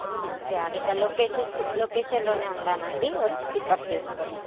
okay అండి ఇక్కడ location లొకేషన్లో ఉన్నాను అండి వచ్చి పికప్ చేసుకోండి